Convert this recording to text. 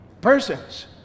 persons